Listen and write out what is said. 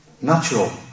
natural